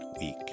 week